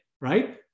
right